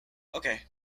okay